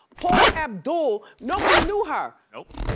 paula abdul, nobody knew her. nope.